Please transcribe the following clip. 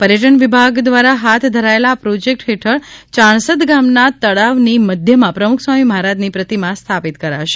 પર્યટન વિભાગ દ્વારા ફાથ ધરાયેલા આ પ્રોજેક્ટ હેઠળ યાણસદ ગામના તળાવની મધ્યમાં પ્રમુખ સ્વામી મહારાજની પ્રતિમા સ્થાપિત કરાશે